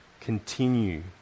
continue